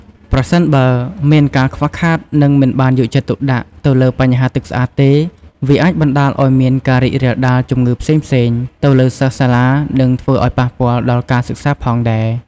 ប្រសិនបើ មានការខ្វះខាតនិងមិនបានយកចិត្តទុកដាក់ទៅលើបញ្ហាទឹកស្អាតទេ វាអាចបណ្តាលឲ្យមានការរីករាលដាលជម្ងឺផ្សេងៗទៅលើសិស្សសាលានិងធ្វើឲ្យប៉ះពាល់ដល់ការសិក្សាផងដែរ។